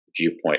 viewpoint